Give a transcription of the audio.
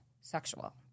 sexual